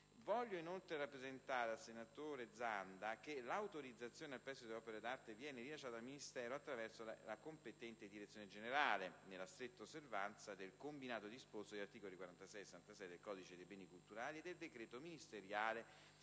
Vorrei inoltre rappresentare al senatore Zanda che l'autorizzazione al prestito delle opere d'arte viene rilasciata dal Ministero attraverso la competente direzione generale nella stretta osservanza del combinato disposto degli articoli 48 e 66 del codice dei beni culturali e del decreto ministeriale